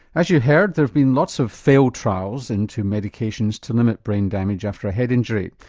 as you heard there have been lots of failed trials into medications to limit brain damage after a head injury.